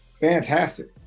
fantastic